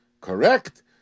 correct